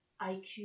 IQ